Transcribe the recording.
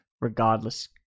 regardless